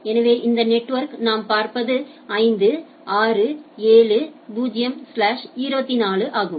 எனவே இந்த நெட்வொர்க் நாம் பார்ப்பது 5 6 7 0 ஸ்லாஷ் 24 ஆகும்